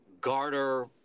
garter